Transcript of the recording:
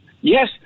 Yes